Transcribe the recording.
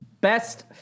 Best